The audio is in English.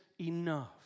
enough